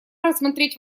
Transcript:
рассмотреть